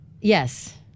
Yes